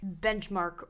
benchmark